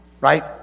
Right